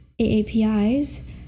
AAPIs